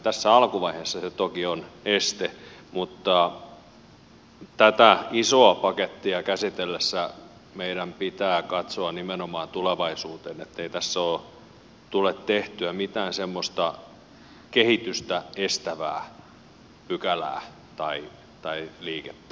tässä alkuvaiheessa se toki on este mutta tätä isoa pakettia käsitellessämme meidän pitää katsoa nimenomaan tulevaisuuteen ettei tässä tule tehtyä mitään semmoista kehitystä estävää pykälää tai liikettä